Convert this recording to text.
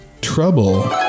trouble